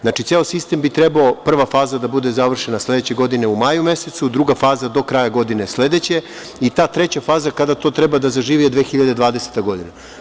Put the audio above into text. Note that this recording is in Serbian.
Znači, ceo sistem bi trebao, prva faza da bude završena sledeće godine u maju mesecu, druga faza do kraja godine sledeće i ta treća faza kada to treba da zaživi je 2020. godina.